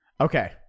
Okay